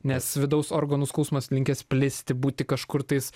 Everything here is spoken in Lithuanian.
nes vidaus organų skausmas linkęs plisti būti kažkur tais